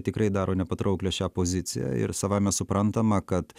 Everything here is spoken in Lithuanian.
tikrai daro nepatrauklią šią poziciją ir savaime suprantama kad